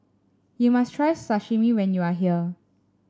you must try Sashimi when you are here